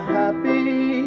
happy